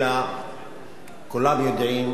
אלא כולם יודעים